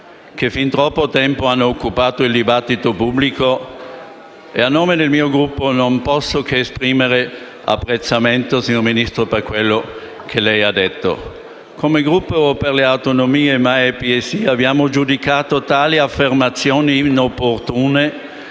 per fin troppo tempo hanno occupato il dibattito pubblico e a nome del mio Gruppo non posso che esprimere apprezzamento per quello che il Ministro ha detto. Come Gruppo per le Autonomie abbiamo giudicato tali affermazioni inopportune